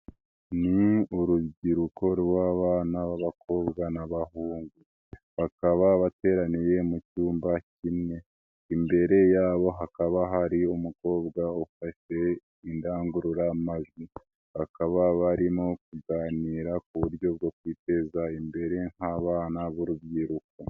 Ni urubyiruko rw'abana b'abakobwa n'abahungu, bakaba bateraniye mu cyumba kimwe, imbere yabo hakaba hari umukobwa ufashe indangururamajwi, bakaba barimo kuganira ku buryo bwo kwiteza imbere nk'abana b'urubyiruko.